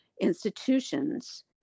institutions